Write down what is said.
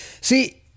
See